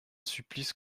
supplice